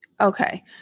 Okay